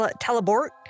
teleport